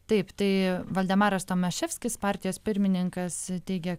taip tai valdemaras tomaševskis partijos pirmininkas teigia